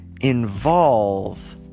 involve